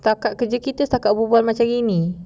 tak kat kerja ini setakat berbual macam ini